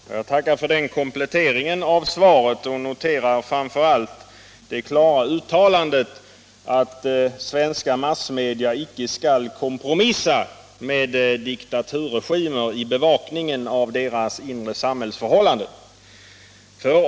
Herr talman! Jag tackar för den gjorda kompletteringen av svaret och noterar framför allt det klara uttalandet, att svenska massmedia icke skall kompromissa med diktaturregimer i bevakningen av deras inre samhällsförhållanden.